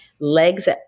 legs